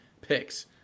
picks